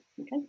Okay